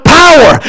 power